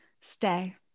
Stay